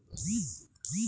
Monoculture কি?